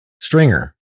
stringer